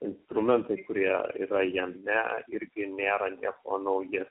instrumentai kurie yra jiems ne irgi nėra niekuo nauji